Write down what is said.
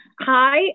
Hi